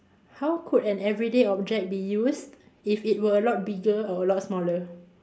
how could an everyday object be used if it were a lot bigger or a lot smaller